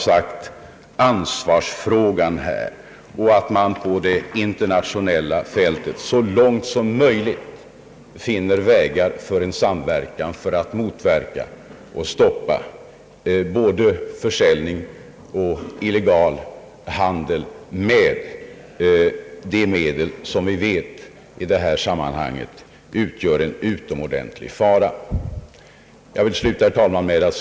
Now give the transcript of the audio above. Man måste så långt möjligt på det internationella fältet söka vägar till en samverkan för att stoppa illegal försäljning av de medel som vi vet utgör en utomordentlig fara i detta sammanhang.